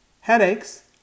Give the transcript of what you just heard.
headaches